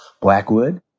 Blackwood